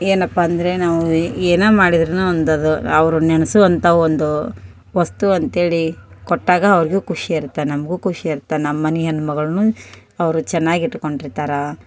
ಏನಪ್ಪ ಅಂದರೆ ನಾವು ಏನೇ ಮಾಡಿದ್ರು ಒಂದು ಅದು ಅವರು ನೆನೆಸುವಂತ ಒಂದು ವಸ್ತು ಅಂತೇಳಿ ಕೊಟ್ಟಾಗ ಅವ್ರಿಗು ಖುಷಿ ಇರತ್ತೆ ನಮಗು ಖುಷಿ ಇರತ್ತೆ ನಮ್ಮನೆ ಹೆಣ್ಣು ಮಗಳನ್ನ ಅವರು ಚೆನ್ನಾಗಿ ಇಟ್ಕೊಂಡಿರ್ತಾರೆ